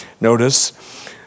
Notice